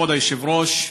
כבוד היושב-ראש,